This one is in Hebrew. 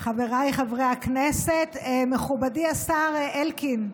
חבריי חברי הכנסת, מכובדי השר אלקין,